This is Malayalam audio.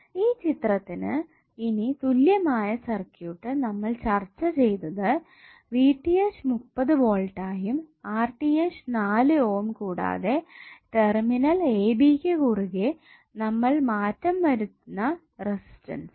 ഇനി ഈ ചിത്രത്തിന് തുല്യമായ സർക്യൂട്ട് നമ്മൾ ചർച്ച ചെയ്തത് 30V ആയും 4 ഓം കൂടാതെ ടെർമിനൽ a b ക്ക് കുറുകെ നമ്മൾ മാറ്റം വരുന്ന റെസിസ്റ്റൻസ്